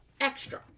extra